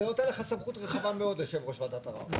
זה נותן לך סמכות רחבה מאוד, יו"ר ועדת ערר.